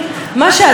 אומר,